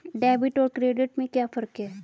Debit और credit में क्या फर्क है?